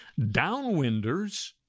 downwinders